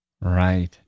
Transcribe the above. Right